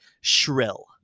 shrill